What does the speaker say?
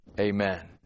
Amen